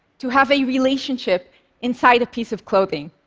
to have a relationship inside a piece of clothing.